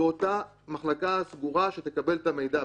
באותה מחלקה סגורה שתקבל את המידע,